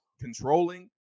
controlling